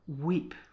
weep